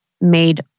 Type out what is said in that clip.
made